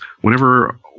whenever